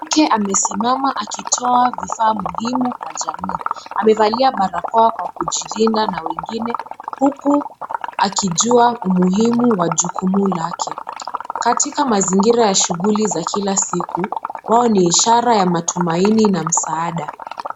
Mwanamke amesimama akitoa vifaa muhimu kwa jamii. Amevalia barakoa kwa kujilinda na wengine huku akijua umuhimu wa jukumu lake. Katika mazingira ya shughuli za kila siku, wao ni ishara ya matumaini na msaada.